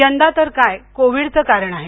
यंदा तर काय कोविडचं कारण आहे